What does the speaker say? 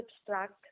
abstract